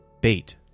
Bait